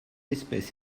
espèce